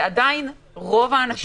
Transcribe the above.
ועדיין רוב האנשים,